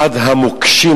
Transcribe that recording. אחד המוקשים,